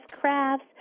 crafts